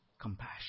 compassion